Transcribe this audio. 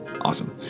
Awesome